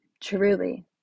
truly